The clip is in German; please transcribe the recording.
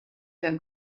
der